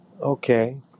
Okay